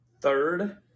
third